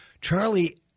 Charlie